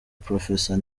professor